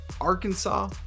Arkansas